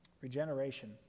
regeneration